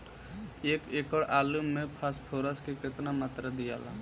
एक एकड़ आलू मे फास्फोरस के केतना मात्रा दियाला?